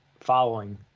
following